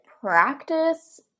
practice